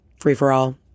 free-for-all